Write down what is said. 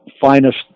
finest